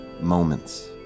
moments